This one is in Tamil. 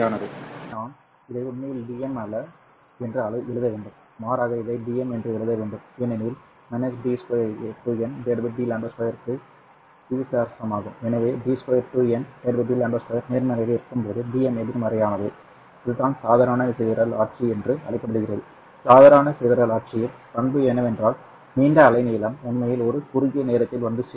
எனவே நான் இதை உண்மையில் Dm அல்ல என்று எழுத வேண்டும் மாறாக இதை Dm என்று எழுத வேண்டும் ஏனெனில் d 2n dλ 2 க்கு விகிதாசாரமாகும் எனவே d 2n dλ 2 நேர்மறையாக இருக்கும்போது Dm எதிர்மறையானதுஇதுதான் சாதாரண சிதறல் ஆட்சி என்று அழைக்கப்படுகிறது சாதாரண சிதறல் ஆட்சியில் பண்பு என்னவென்றால் நீண்ட அலைநீளம் உண்மையில் ஒரு குறுகிய நேரத்தில் வந்து சேரும்